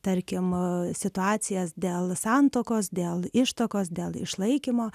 tarkim situacijas dėl santuokos dėl ištuokos dėl išlaikymo